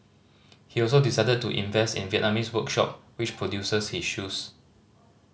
he also decided to invest in Vietnamese workshop which produces his shoes